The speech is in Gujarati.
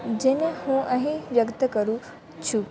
જેને હું અહીં વ્યક્ત કરું છું